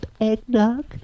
eggnog